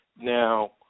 Now